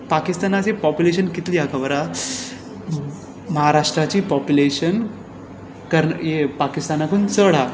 पाकिस्तानाची पोप्युलेशन कितली आसा खबर आसा महाराष्ट्राची पोप्युलेशन पाकिस्ताना परस चड आहा